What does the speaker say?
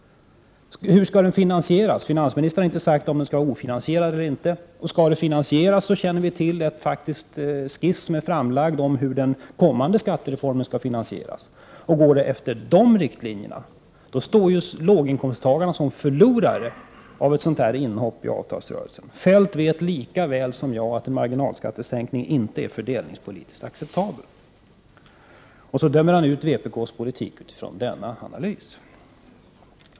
Hur skall reformen finansieras? Finansministern har inte sagt om den skall vara finansierad eller inte. Skall den finansieras känner vi faktiskt till en skiss som har lagts fram om hur den kommande skattereformen skall finansieras. Går det efter de riktlinjerna står låginkomsttagarna som förlorare vid ett sådant här inhopp i avtalsrörelsen. Kjell-Olof Feldt vet lika väl som jag att en marginalskattesänkning inte är fördelningspolitiskt acceptabel. Utifrån denna analys dömer han ut vpk:s politik.